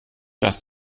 dass